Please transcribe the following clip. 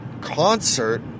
Concert